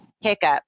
hiccup